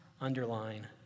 Underline